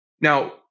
Now